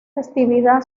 festividad